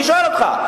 אני שואל אותך.